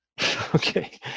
okay